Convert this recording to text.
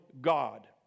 God